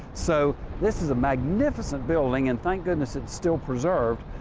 so this is a magnificent building and thank goodness it's still preserved.